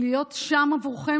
להיות שם עבורכם,